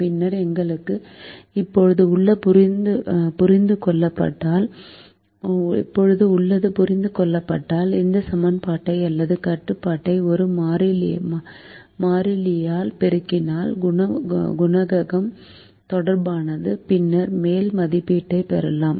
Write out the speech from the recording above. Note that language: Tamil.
பின்னர் எங்களுக்கும் இப்போது உள்ளது புரிந்து கொள்ளப்பட்டால் இந்த சமன்பாட்டை அல்லது கட்டுப்பாட்டை ஒரு மாறிலியால் பெருக்கினால் குணகம் தொடர்பானது பின்னர் மேல் மதிப்பீட்டைப் பெறலாம்